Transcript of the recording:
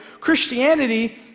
Christianity